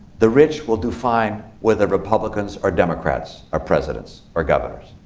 the rich will do fine whether republicans or democrats are presidents or governors.